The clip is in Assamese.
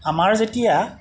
আমাৰ যেতিয়া